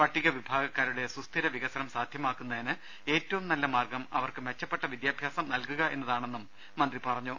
പട്ടിക വിഭാഗക്കാരുടെ സുസ്ഥിര വികസനം സാധ്യമാക്കുന്നതിന് ഏറ്റവും നല്ല മാർഗം അവർക്ക് മെച്ചപ്പെട്ട വിദ്യാഭ്യാസം നൽകുക എന്നതാണെന്നും മന്ത്രി പറഞ്ഞു